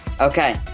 Okay